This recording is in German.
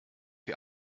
die